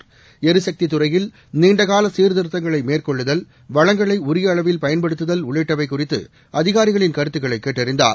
ளரிசக்தி துறையில் நீண்டகால சீர்திருத்தங்களை மேற்கொள்ளுதல் வளங்களை உரிய அளவில் பயன்படுத்துதல் உள்ளிட்டவை குறித்து அதிகாரிகளின் கருத்துகளை கேட்டறிந்தார்